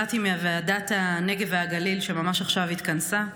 באתי מוועדת הנגב והגליל, שממש עכשיו התכנסה,